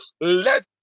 let